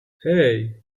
hey